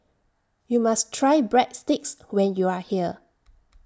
YOU must Try Breadsticks when YOU Are here